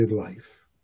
life